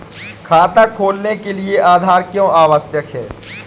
खाता खोलने के लिए आधार क्यो आवश्यक है?